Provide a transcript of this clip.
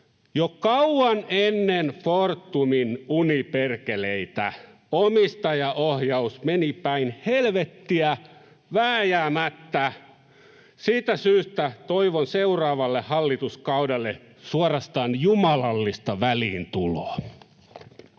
Jo kauan ennen Fortumin ”uniperkeleitä” omistajaohjaus meni päin helvettiä vääjäämättä. Siitä syystä toivon seuraavalle hallituskaudelle suorastaan jumalallista väliintuloa.